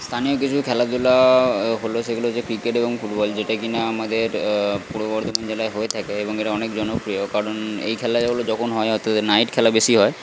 স্থানীয় কিছু খেলাধুলা হল সেগুলো হচ্ছে ক্রিকেট এবং ফুটবল যেটা কি না আমাদের পূর্ব বর্ধমান জেলায় হয়ে থাকে এবং এরা অনেক জনপ্রিয় কারণ এই খেলাগুলো যখন হয় অর্থাৎ নাইট খেলা বেশি হয়